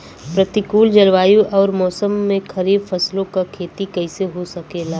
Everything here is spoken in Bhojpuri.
प्रतिकूल जलवायु अउर मौसम में खरीफ फसलों क खेती कइसे हो सकेला?